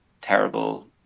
terrible